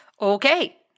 Okay